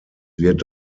wird